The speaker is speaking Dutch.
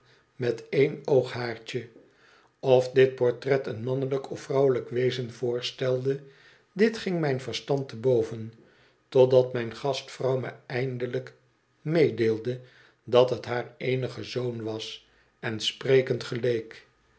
met één ooghaartje of dit portret een mannelijk of vrouwelijk wezen voorstelde dit ging mijn verstand te boven totdat mijn gastvrouw me eindelijk meedeelde dat het haar eenige zoon was en sprekend geleek